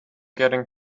getting